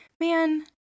man